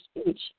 speech